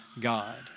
God